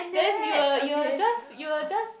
then you will you will just you will just